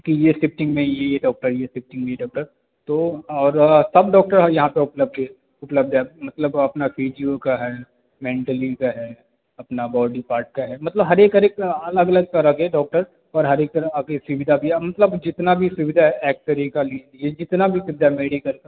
कि ये शिफ़्टिंग में ये डॉक्टर ये शिफ़्टिंग में ये डॉक्टर और सब डॉक्टर यहाँ पर उपलब्ध है उपलब्ध है मतलब अपना फिजीओ का है मेंटली का है अपना बॉडी पार्ट का है मतलब हर एक हर एक अलग अलग तरह के डॉक्टर हर एक तरह आ के सुविधा दिया मतलब जितना भी सुविधा है एक्सरे का लीजिए जितना भी सुविधा है मेडिकल का